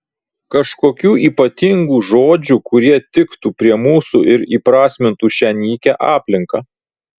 kažkokių ypatingų žodžių kurie tiktų prie mūsų ir įprasmintų šią nykią aplinką